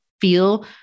feel